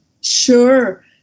sure